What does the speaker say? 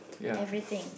everything